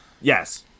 Yes